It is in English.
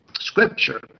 scripture